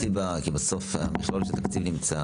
סיבה כי בסוף המכלול של התקציב נמצא,